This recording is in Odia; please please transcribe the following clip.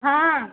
ହଁ